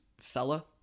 fella